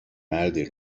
مردی